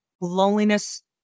loneliness